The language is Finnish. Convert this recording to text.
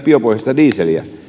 biopohjaista dieseliä